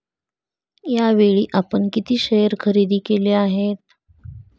यावेळी आपण किती शेअर खरेदी केले आहेत?